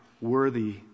worthy